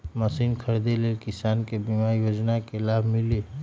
Machine खरीदे ले किसान के बीमा योजना के लाभ मिली?